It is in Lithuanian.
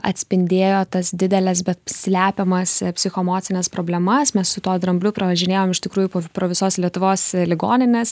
atspindėjo tas dideles bet slepiamas psichoemocines problemas mes su tuo drambliu pravažinėjom iš tikrųjų pro visos lietuvos ligonines